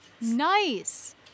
Nice